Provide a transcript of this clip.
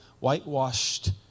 whitewashed